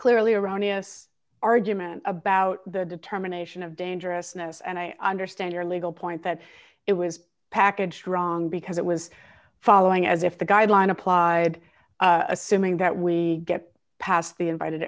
clearly erroneous argument about the determination of dangerousness and i understand your legal point that it was packaged wrong because it was following as if the guideline applied assuming that we get past the invited